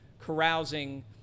carousing